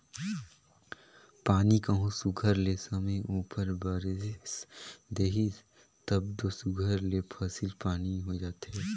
पानी कहों सुग्घर ले समे उपर बरेस देहिस तब दो सुघर ले फसिल पानी होए जाथे